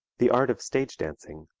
the art of stage dancing,